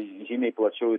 žymiai plačiau